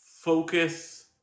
focus